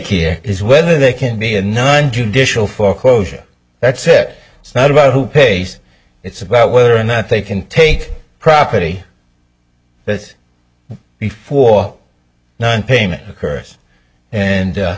here is whether they can be a none judicial foreclosure that's it it's not about who pays it's about whether or not they can take property that before nonpayment occurs and